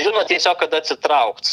žino tiesiog kada atsitraukt